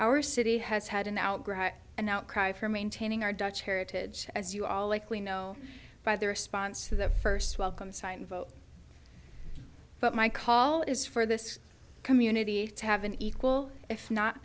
our city has had an out and out cry for maintaining our dutch heritage as you all likely know by their response to the first welcome sign vote but my call is for this community to have an equal if not